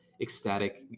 ecstatic